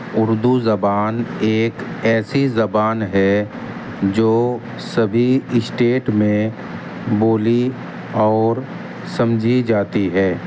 اردو زبان ایک ایسی زبان ہے جو سبھی اسٹیٹ میں بولی اور سمجھی جاتی ہے